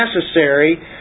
necessary